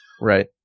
Right